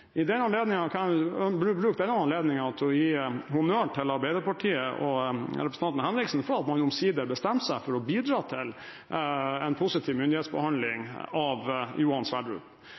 bruke denne anledningen til å gi honnør til Arbeiderpartiet og representanten Henriksen for at man omsider bestemte seg for å bidra til en positiv myndighetsbehandling av Johan